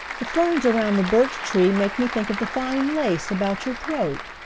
the ferns around the birch tree make me think of the fine lace about your throat!